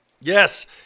Yes